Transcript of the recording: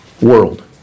world